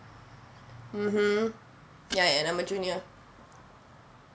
mmhmm ya and I'm a junior